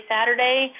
Saturday